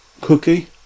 Cookie